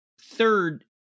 Third